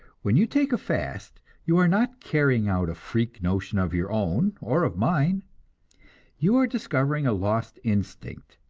when you take a fast, you are not carrying out a freak notion of your own, or of mine you are discovering a lost instinct.